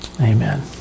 Amen